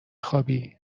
خوابی